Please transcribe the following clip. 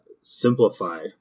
simplify